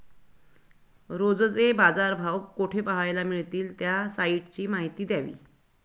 रोजचे बाजारभाव कोठे पहायला मिळतील? त्या साईटची माहिती द्यावी